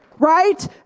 right